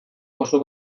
oso